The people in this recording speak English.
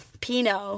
Pinot